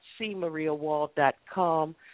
cmariawall.com